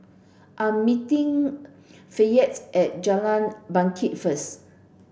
I'm meeting Fayette at Jalan Bangket first